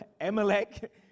Amalek